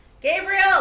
Gabriel